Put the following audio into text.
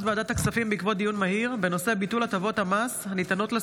ועדת הכספים בעקבות דיון מהיר בהצעתם של